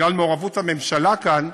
בגלל מעורבות הממשלה כאן,